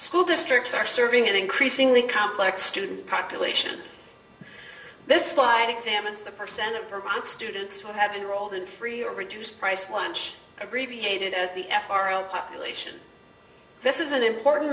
school districts are serving an increasingly complex student population this line examines the percent of vermont students who have been rolled in free or reduced price lunch abbreviated as the f r l population this is an important